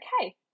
Okay